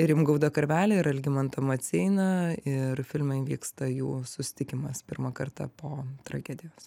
rimgaudą karvelį ir algimantą maceiną ir filme vyksta jų susitikimas pirmą kartą po tragedijos